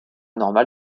normal